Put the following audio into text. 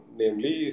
namely